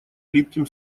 липким